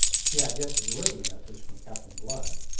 he had yet to deliver the message from captain blood,